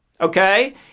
Okay